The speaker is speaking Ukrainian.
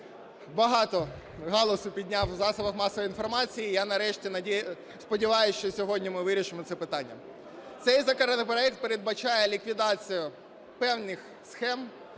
багато галасу підняв в засобах масової інформації. І я нарешті сподіваюся, що сьогодні ми вирішимо це питання. Цей законопроект передбачає ліквідацію певних схем